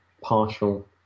partial